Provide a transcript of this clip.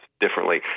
differently